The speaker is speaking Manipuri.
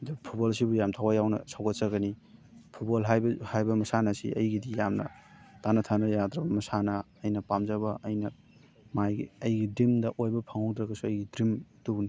ꯑꯗꯨꯕꯨ ꯐꯨꯠꯕꯣꯜ ꯑꯁꯤꯕꯨ ꯌꯥꯝ ꯊꯋꯥꯏ ꯌꯥꯎꯅ ꯁꯧꯒꯠꯆꯒꯅꯤ ꯐꯨꯠꯕꯣꯜ ꯍꯥꯏꯕ ꯍꯥꯏꯕ ꯃꯁꯥꯟꯅ ꯑꯁꯤ ꯑꯩꯒꯤꯗꯤ ꯌꯥꯝꯅ ꯇꯠꯅ ꯊꯥꯅ ꯌꯥꯗ꯭ꯔꯕ ꯃꯁꯥꯟꯅ ꯑꯩꯅ ꯄꯥꯝꯖꯕ ꯑꯩꯅ ꯃꯥꯒꯤ ꯑꯩꯒꯤ ꯗ꯭ꯔꯤꯝꯗ ꯑꯣꯏꯕ ꯐꯪꯍꯧꯗ꯭ꯔꯒꯁꯨ ꯑꯩꯒꯤ ꯗ꯭ꯔꯤꯝꯗꯨꯕꯨꯅꯤ